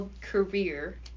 career